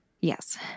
Yes